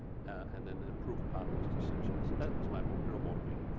and then improve upon those decisions, that was my real motivator.